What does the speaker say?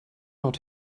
not